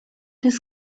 his